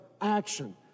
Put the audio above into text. action